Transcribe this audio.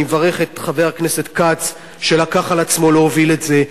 ואני מברך את חבר הכנסת כץ שלקח על עצמו להוביל את זה.